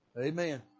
Amen